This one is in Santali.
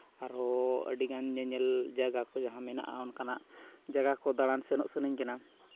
ᱟᱨᱚ ᱟᱹᱰᱤ ᱜᱟᱱ ᱧᱮᱧᱮᱞ ᱡᱟᱭᱜᱟ ᱠᱚ ᱡᱟᱦᱟᱸ ᱢᱮᱱᱟᱜᱼᱟ ᱚᱱᱠᱟᱱᱟᱜ ᱡᱟᱭᱜᱟ ᱠᱚ ᱫᱟᱬᱟᱱ ᱥᱮᱱᱚᱜ ᱥᱟᱱᱟᱹᱧ ᱠᱟᱱᱟ